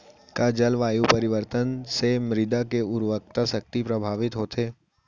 का जलवायु परिवर्तन से मृदा के उर्वरकता शक्ति प्रभावित होथे?